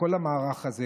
ובכל המערך הזה.